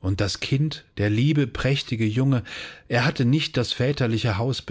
und das kind der liebe prächtige junge er hatte nicht das väterliche haus